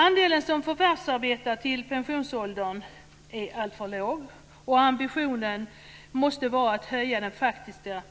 Andelen som förvärvsarbetar till pensionsåldern är alltför låg, och ambitionen måste vara att höja den faktiska